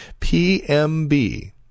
PMB